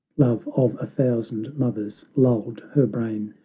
love of a thousand mothers lulled her brain,